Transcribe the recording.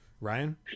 Ryan